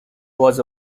was